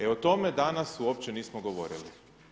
E, o tome danas uopće nismo govorili.